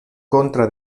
contra